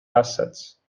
assets